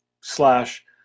slash